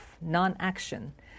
non-action